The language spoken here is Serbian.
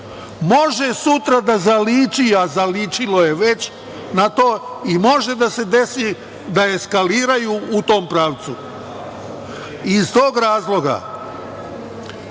može sutra da zaliči, a zaličilo je već na to, i može da se desi da eskaliraju u tom pravcu. Iz tog razloga,